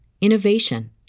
innovation